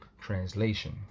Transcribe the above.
translation